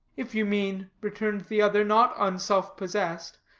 if you mean, returned the other, not unselfpossessed,